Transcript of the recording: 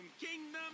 Kingdom